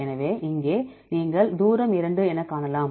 எனவே இங்கே நீங்கள் தூரம் இரண்டு என காணலாம்